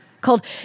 called